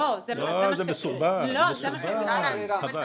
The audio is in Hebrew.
לא, זה מסורבל, חבל.